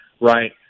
right